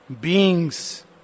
Beings